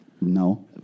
No